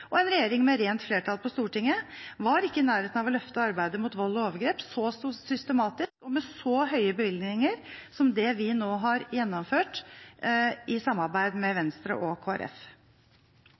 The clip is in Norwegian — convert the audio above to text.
og som satt i en regjering med rent flertall på Stortinget, var ikke i nærheten av å løfte arbeidet mot vold og overgrep så systematisk og med så høye bevilgninger som det vi nå har gjennomført i samarbeid med Venstre og